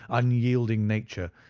unyielding nature,